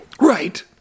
Right